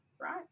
right